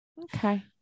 Okay